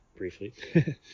briefly